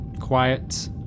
quiet